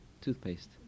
toothpaste